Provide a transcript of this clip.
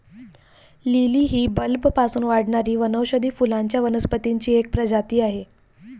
lily ही बल्बपासून वाढणारी वनौषधी फुलांच्या वनस्पतींची एक प्रजाती आहे